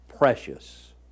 precious